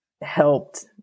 helped